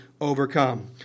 overcome